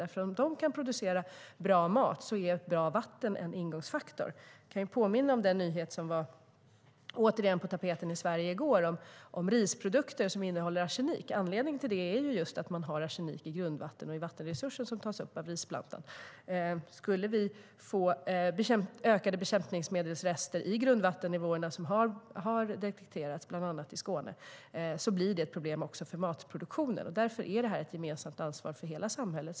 Om de ska kunna producera bra mat är bra vatten en ingångsfaktor. Jag kan påminna om den nyhet som återigen var på tapeten i Sverige i går om risprodukter som innehåller arsenik. Anledningen är just att man har arsenik i grundvatten och i vattenresurser som tas upp av risplantan. Om vi skulle få ökade bekämpningsmedelsrester i grundvattennivåerna, vilket har detekterats bland annat i Skåne, blir det ett problem också för matproduktionen. Därför är detta ett gemensamt ansvar för hela samhället.